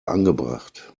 angebracht